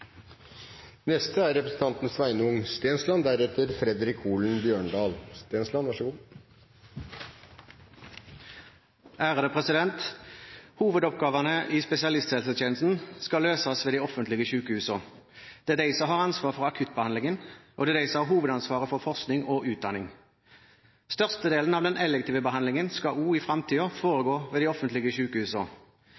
Hovedoppgavene i spesialisthelsetjenesten skal løses ved de offentlige sykehusene. Det er de som har ansvar for akuttbehandlingen, og det er de som har hovedansvaret for forskning og utdanning. Størstedelen av den elektive behandlingen skal også i